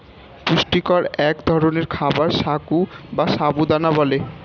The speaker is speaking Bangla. পুষ্টিকর এক ধরনের খাবার সাগু বা সাবু দানা বলে